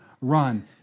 run